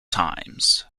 times